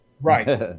right